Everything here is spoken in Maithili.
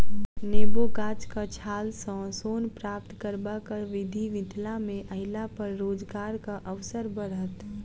नेबो गाछक छाल सॅ सोन प्राप्त करबाक विधि मिथिला मे अयलापर रोजगारक अवसर बढ़त